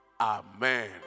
Amen